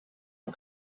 und